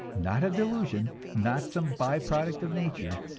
not a delusion, not some by-product of nature,